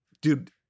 dude